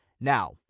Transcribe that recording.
Now